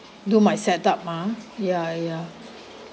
do my set up mah ya ya